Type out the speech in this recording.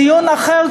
בדיון אחר,